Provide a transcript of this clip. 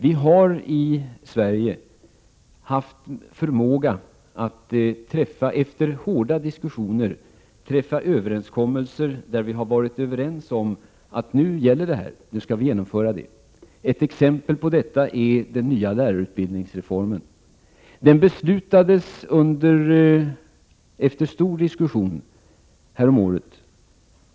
Vi har i Sverige haft förmåga att efter hårda diskussioner träffa överenskommelser där vi har varit överens om vad som gäller och att det skall genomföras. Ett exempel på detta är den nya lärarutbildningsreformen, som beslutades efter stor diskussion häromåret.